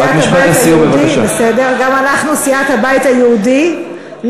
סיעת הבית היהודי,